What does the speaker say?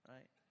Right